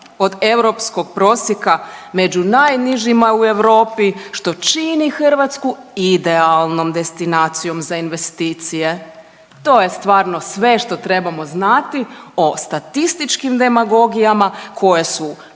od europskog prosjeka među najnižima u Europi što čini Hrvatsku idealnom destinacijom za investicije. To je stvarno sve što trebamo znati o statističkim demagogijama koje su